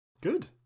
Good